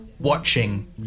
Watching